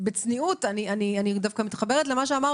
אומר בצניעות אני מתחברת למה שאמר